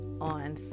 on